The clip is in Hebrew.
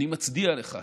אני מצדיע לך.